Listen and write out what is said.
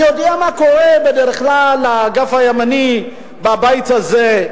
אני יודע מה קורה בדרך כלל לאגף הימני בבית הזה,